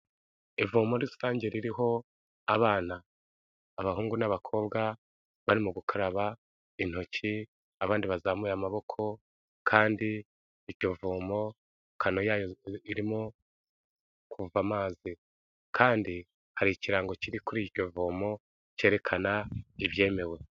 Ivomo rusange ririho abana, abahungu n'abakobwa barimo gukaraba intoki abandi bazamuye amaboko, kandi iryo vomo kano yayo irimo kuva amazi kandi hari ikirango kiri kuri iryo vomo cyerekana ibyemewe.